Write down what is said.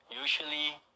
usually